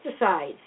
pesticides